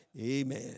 Amen